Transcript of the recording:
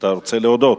אתה רוצה להודות?